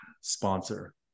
sponsor